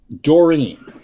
Doreen